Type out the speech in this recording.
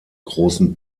großen